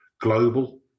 global